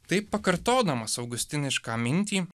taip pakartodamas augustinišką mintį